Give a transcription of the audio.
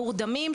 מורדמים,